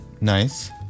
nice